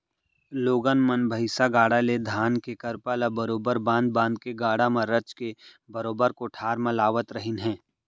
लोगन मन भईसा गाड़ा ले धान के करपा ल बरोबर बांध बांध के गाड़ा म रचके बरोबर कोठार म लावत रहिन हें